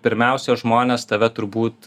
pirmiausia žmonės tave turbūt